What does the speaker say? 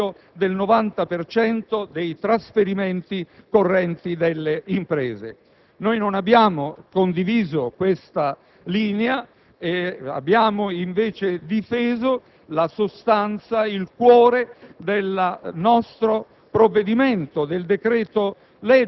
o addirittura il taglio del 90 per cento dei trasferimenti correnti alle imprese. Noi non abbiamo condiviso questa linea e abbiamo invece difeso la sostanza e il cuore del nostro